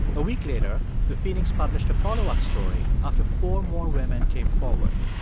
a week later, the phoenix published a follow-up story after four more women came forward.